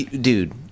dude